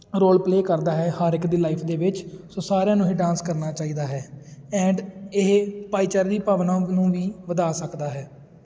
role play ਕਰਦਾ ਹੈ ਹਰ ਇੱਕ ਦੀ ਲਾਈਫ ਦੇ ਵਿੱਚ ਸੋ ਸਾਰਿਆਂ ਨੂੰ ਹੀ ਡਾਂਸ ਕਰਨਾ ਚਾਹੀਦਾ ਹੈ ਐਂਡ ਇਹ ਭਾਈਚਾਰੇ ਦੀ ਭਾਵਨਾ ਨੂੰ ਵੀ ਵਧਾ ਸਕਦਾ ਹੈ